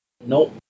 nope